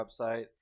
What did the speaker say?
website